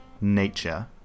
nature